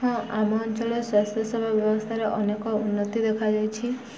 ହଁ ଆମ ଅଞ୍ଚଳ ସ୍ୱାସ୍ଥ୍ୟ ସେବା ବ୍ୟବସ୍ଥାରେ ଅନେକ ଉନ୍ନତି ଦେଖାଯାଇଛି